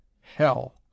HELL